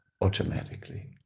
automatically